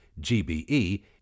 GBE